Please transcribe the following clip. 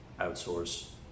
outsource